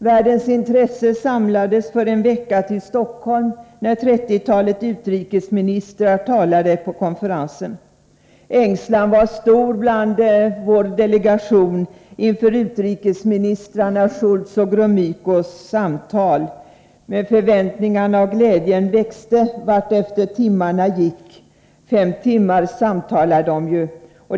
Världens intresse samlades för en vecka till Stockholm, när 30-talet utrikesministrar talade på konferensen. Ängslan var stor inom vår delegation inför utrikesministrarna Shultz och Gromykos samtal, men förväntningarna och glädjen växte vartefter timmarna gick. I fem timmar samtalade de.